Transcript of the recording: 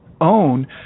own –